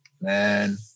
Man